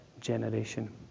generation